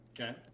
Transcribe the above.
Okay